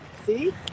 See